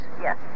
Yes